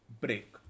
break